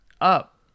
up